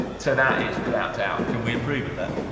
so that is without doubt. can we improve at that?